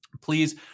please